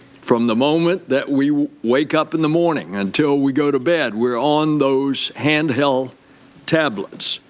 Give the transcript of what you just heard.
from the moment that we wake up in the morning until we go to bed, we are on those hand held tablets.